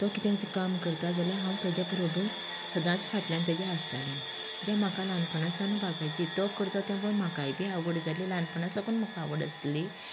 तो कितेंच काम करता जाल्यार हांव तेच्या बरोबर सदांच फाटल्यान तेज्या आसतालें ते म्हाका ल्हानपणां सावन बाबा तो करता ते पळोवन म्हाकाय बी आवड जाली ल्हानपणां साकून म्हाका आवड आसली